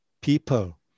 people